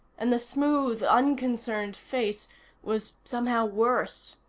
and the smooth, unconcerned face was, somehow, worse.